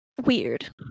weird